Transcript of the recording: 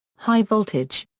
high voltage.